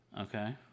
Okay